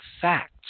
facts